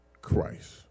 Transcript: Christ